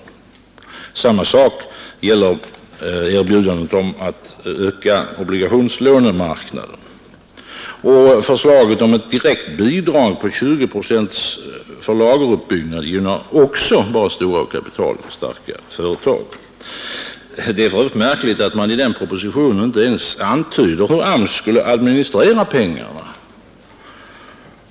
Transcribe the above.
Detsamma gäller erbjudandet att vidga obligationslånemarknaden. Också förslaget om ett direkt bidrag på 20 procent för lageruppbyggnad gynnar endast stora och kapitalstarka företag. Det är för övrigt märkligt, att man i propositionen inte ens antyder hur AMS skall administrera dessa pengar.